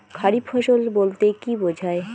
খারিফ ফসল বলতে কী বোঝায়?